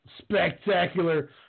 spectacular